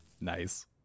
Nice